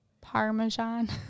Parmesan